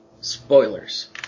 spoilers